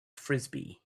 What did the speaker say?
frisbee